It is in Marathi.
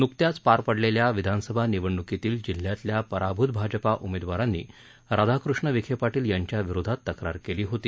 नुकत्याच पार पडलेल्या विधानसभा निवडणूकीतील जिल्ह्यातल्या पराभूत भाजपा उमेदवारांनी राधाकृष्ण विखे पाटील यांच्याविरोधात तक्रार केली होती